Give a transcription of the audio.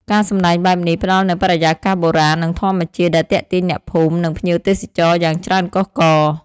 ការសម្តែងបែបនេះផ្តល់នូវបរិយាកាសបុរាណ និងធម្មជាតិដែលទាក់ទាញអ្នកភូមិ និងភ្ញៀវទេសចរយ៉ាងច្រើនកុះករ។